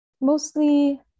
mostly